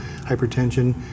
hypertension